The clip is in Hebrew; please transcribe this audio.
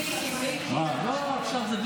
אבי, איזה מספר עכשיו?